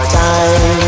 time